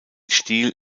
stil